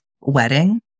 wedding